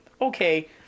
okay